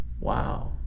Wow